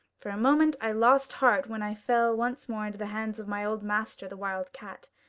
for a moment i lost heart when i fell once more into the hands of my old master the wild cat,